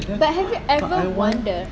but have you ever wonder